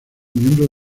miembros